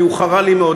כי הוא חרה לי מאוד,